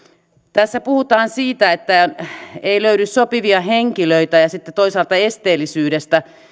tässä puhutaan siitä että ei löydy sopivia henkilöitä ja sitten toisaalta esteellisyydestä